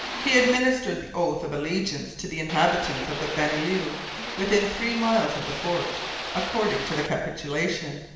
he administered the oath of allegiance to the inhabitants of the banlieue within three miles of the fort according to the capitulation,